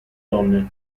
donne